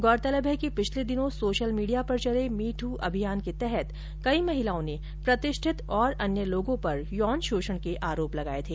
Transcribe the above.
गौरतलब है कि पिछले दिनों सोशल मीडिया पर चले मी ट् अभियान के तहत कई महिलाओं ने प्रतिष्ठित और अन्य लोगों पर यौन शोषण के आरोप लगाये थे